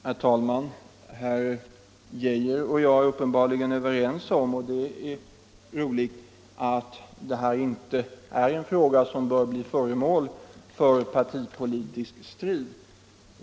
Herr talman! Herr Arne Geijer och jag är uppenbarligen överens om — och det är roligt — att detta är en fråga som inte bör bli föremål för partipolitisk strid.